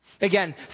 Again